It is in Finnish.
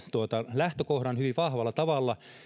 lähtökohdan hyvin vahvalla tavalla